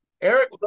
Eric